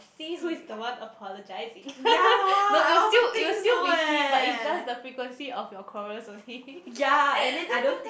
see who is the one apologizing no it will still it will still be him but is just the frequency of your quarrels only